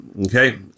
Okay